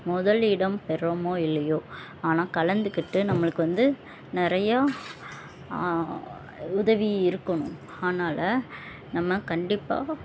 முதல் இடம் பெர்றோமோ இல்லையோ ஆனால் கலந்துக்கிட்டு நம்மளுக்கு வந்து நிறையா உதவி இருக்கணும் அதனால் நம்ம கண்டிப்பாக